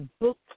book